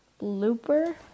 Looper